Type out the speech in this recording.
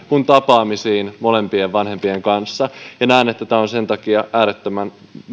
kuin tapaamisiin molempien vanhempien kanssa ja näen että tämä on sen takia äärettömän